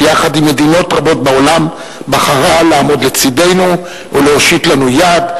שיחד עם מדינות רבות בעולם בחרה לעמוד לצדנו ולהושיט לנו יד.